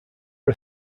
are